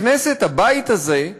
הכנסת, הבית הזה,